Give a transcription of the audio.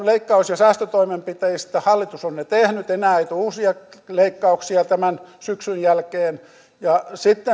leikkaus ja säästötoimenpiteet hallitus on ne tehnyt enää ei tule uusia leikkauksia tämän syksyn jälkeen sitten